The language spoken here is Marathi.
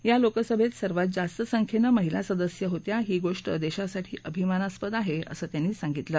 या लोकसभेत सर्वात जास्त संख्येनं महिला सदस्य होत्या ही गोष्ट देशासाठी अभिमानास्पद आहे असं त्यांनी सांगितलं